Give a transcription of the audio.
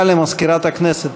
הודעה למזכירת הכנסת.